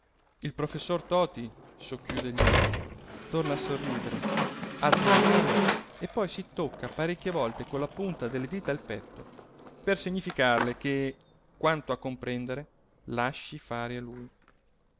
il professor toti socchiude gli occhi torna a sorridere alza una mano e poi si tocca parecchie volte con la punta delle dita il petto per significarle che quanto a comprendere lasci fare a lui